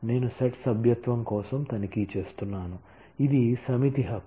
నేను సెట్ సభ్యత్వం కోసం తనిఖీ చేస్తున్నాను ఇది సమితి హక్కు